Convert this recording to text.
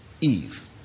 Eve